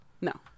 No